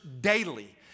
daily